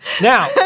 Now